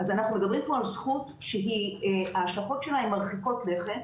אז אנחנו מדברים פה על זכות שההשלכות שלה הן מרחיקות לכת.